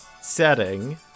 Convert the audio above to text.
setting